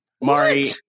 Mari